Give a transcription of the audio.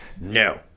No